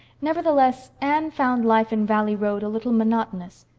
nevertheless, anne found life in valley road a little monotonous.